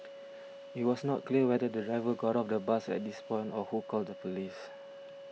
it was not clear whether the driver got off the bus at this point or who called the police